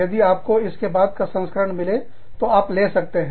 यदि आपको इसके बाद का संस्करण मिले तो आप ले सकते हो